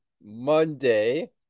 Monday